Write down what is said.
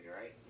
right